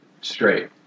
straight